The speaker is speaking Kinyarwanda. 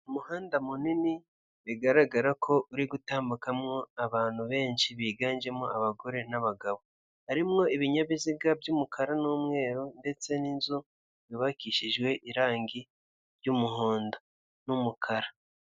Umugore wambaye ingofero w'inzobe akaba yambaye umupira urimo amabara y'umuhondo, n'umweru, n'umukara, ukaba usa ubururu arimo ibintu bizengurutse inyuma ye hari umubati bubajwe mu mbaho ku gikuta gisa umuhondo hariho igishushanyo cy'inyenyeri akaba afite amajerekani nama tereminsi.